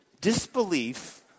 disbelief